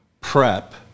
prep